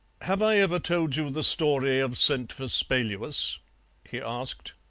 have i ever told you the story of saint vespaluus? he asked.